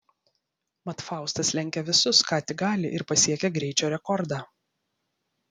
mat faustas lenkia visus ką tik gali ir pasiekia greičio rekordą